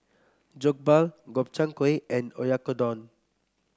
Jokbal Gobchang Gui and Oyakodon